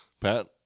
Pat